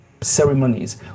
ceremonies